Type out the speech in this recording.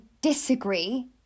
disagree